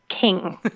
king